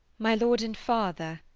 my lord and father,